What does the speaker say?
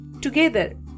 together